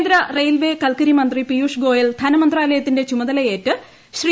കേന്ദ്ര റെയിൽവെ കൽക്കരി മന്ത്രി പിയൂഷ് ഗോയൽ ധനമന്ത്രാലയത്തിന്റെ ചുമതലയേറ്റ് ശ്രീ